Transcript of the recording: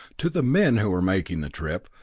to the men who were making the trip,